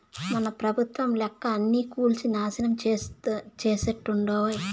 మన పెబుత్వం లెక్క అన్నీ కూల్సి నాశనం చేసేట్టుండావ్